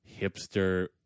hipster